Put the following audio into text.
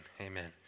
Amen